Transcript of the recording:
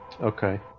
Okay